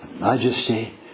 majesty